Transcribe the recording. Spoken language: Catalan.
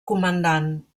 comandant